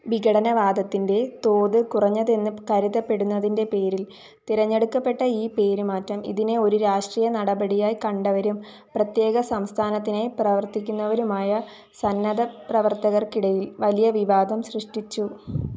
വിഘടനവാദത്തിന്റെ തോത് കുറഞ്ഞതെന്ന് കരുതപ്പെടുന്നതിന്റെ പേരില് തിരഞ്ഞെടുക്കപ്പെട്ട ഈ പേര് മാറ്റം ഇതിനെ ഒരു രാഷ്ട്രീയനടപടിയായി കണ്ടവരും പ്രത്യേക സംസ്ഥാനത്തിനായി പ്രവര്ത്തിക്കുന്നവരുമായ സന്നദ്ധ പ്രവർത്തകര്ക്കിടയില് വലിയ വിവാദം സൃഷ്ടിച്ചു